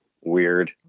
Weird